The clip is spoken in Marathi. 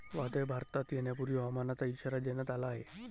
वादळ भारतात येण्यापूर्वी हवामानाचा इशारा देण्यात आला आहे